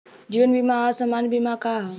जीवन बीमा आ सामान्य बीमा का ह?